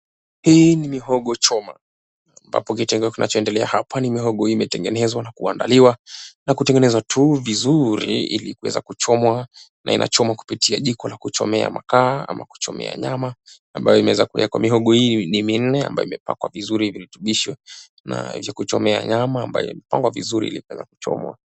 Hii ni mihogo choma ambapo kitendo kinachoendelea hapa ni mihogo imetengenezwa na kuandaliwa na kutengenezewa tu vizuri ili kuweza kuchomwa na inachomwa kupitia jiko la kuchomea makaa ama kuchomea nyama ambayo imeeza kuwekwa mihogo hii ni minne mbayo imepakwa vizuri virutubisho na cha kuchomea nyama ambayo imepangwa vizuri ili kuweza kuchomwa.